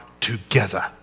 together